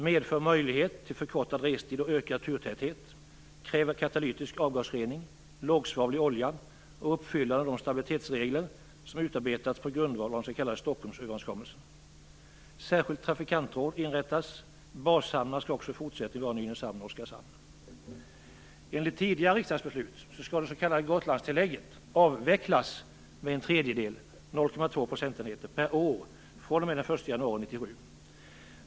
Det medför möjlighet till förkortad restid och ökad turtäthet, kräver katalytisk avgasrening, lågsvavlig olja och uppfyllande av de stabilitetsregler som utarbetats på grundval av den s.k. Stockholmsöverenskommelsen. Enligt tidigare riksdagsbeslut skall det s.k. Gotlandstillägget avvecklas med en tredjedel, 0,2 procentenheter per år, fr.o.m. den 1 januari 1997.